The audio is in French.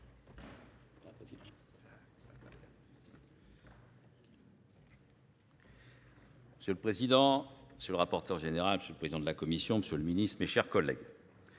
Monsieur le Président, monsieur le rapporteur général, monsieur le Président de la Commission, monsieur le Ministre, mes chers collègues.